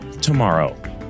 tomorrow